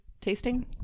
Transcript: tasting